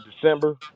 December